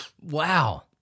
Wow